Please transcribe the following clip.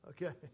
Okay